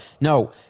no